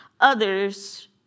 others